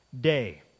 day